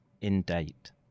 in-date